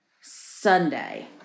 Sunday